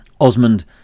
Osmond